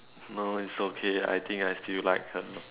no it's okay I think I still like her